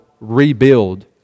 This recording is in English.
Rebuild